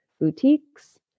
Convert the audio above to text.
boutiques